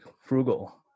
frugal